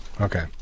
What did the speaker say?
okay